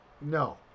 no